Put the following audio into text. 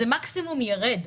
לכל היותר זה ירד.